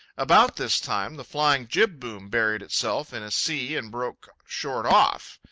about this time the flying jib-boom buried itself in a sea and broke short off.